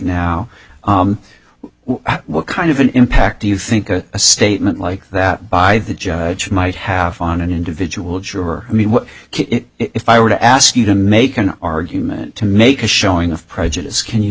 now what kind of an impact do you think a statement like that by the judge might have on an individual juror i mean what if i were to ask you to make an argument to make a showing of prejudice can you